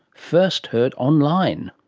first heard online.